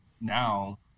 now